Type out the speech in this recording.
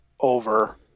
over –